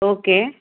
okay